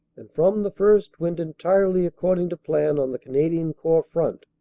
and from the first went entirely according to plan on the canadian corps front.